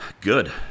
good